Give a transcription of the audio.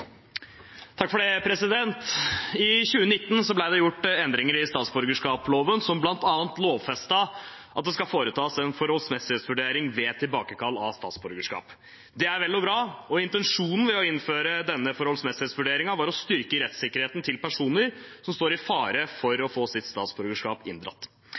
at det skal foretas en forholdsmessighetsvurdering ved tilbakekall av statsborgerskap. Det er vel og bra. Intensjonen med å innføre denne forholdsmessighetsvurderingen var å styrke rettssikkerheten til personer som står i fare for å få sitt statsborgerskap inndratt.